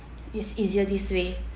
it's easier this way